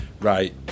right